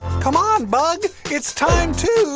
come on, bug. it's time to